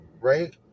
right